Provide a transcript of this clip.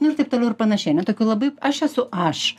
nu ir taip toliau ir panašiai na tokių labai aš esu aš